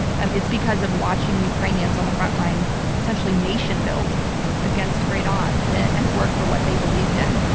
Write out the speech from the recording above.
and it's because of watching ukrainians on the front lines, essentially nation-build against great odds and work for what they believed in.